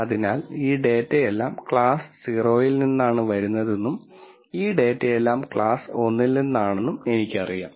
അതിനാൽ ഈ ഡാറ്റയെല്ലാം ക്ലാസ് 0 ൽ നിന്നാണ് വരുന്നതെന്നും ഈ ഡാറ്റയെല്ലാം ക്ലാസ് 1 ൽ നിന്നാണെന്നും എനിക്കറിയാം